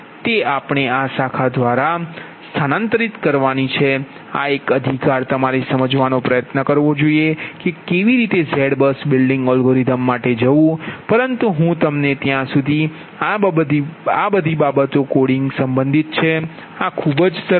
તેથી આપણે આ શાખા દ્વારા આપણે આ શાખા ને સ્થાનાંતરિત કરવાની છે અને આ એક અધિકાર તમારે સમજવાનો પ્રયત્ન કરવો જોઈએ કે કેવી ર્રીતે ZBUS બિલ્ડિંગ એલ્ગોરિધમ માટે જવું પરંતુ હું તમને કહું ત્યાં સુધી આ બધી બાબતો કોડિંગ સંબંધિત છે આ ખૂબ સરળ છે